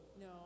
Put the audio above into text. No